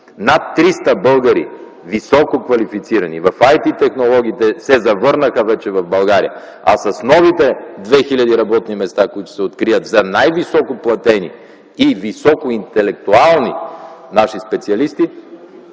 над 300 българи, високо квалифицирани в IT технологиите се завърнаха вече в България. С новите 2 хил. работни места, които ще се открият за най-високо платени и високо интелектуални наши специалисти,